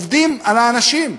עובדים על האנשים.